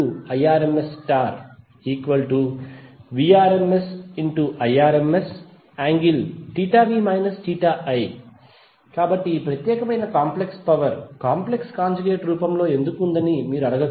S12VIVrmsIrmsVrmsIrmsv i కాబట్టి ఈ ప్రత్యేకమైన కాంప్లెక్స్ పవర్ కాంప్లెక్స్ కాంజుగేట్ రూపంలో ఎందుకు ఉందని మీరు అడగవచ్చు